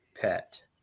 pet